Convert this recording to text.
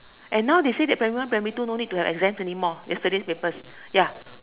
and now they say that primary one primary two no need to have exams anymore yesterday's papers ya